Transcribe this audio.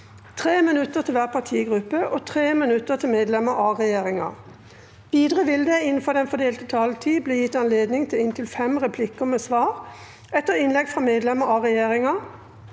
3 minutter til hver partigruppe og 3 minutter til medlemmer av regjeringa. Videre vil det – innenfor den fordelte taletid – bli gitt anledning til inntil fem replikker med svar etter innlegg fra medlemmer av regjeringa,